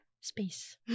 Space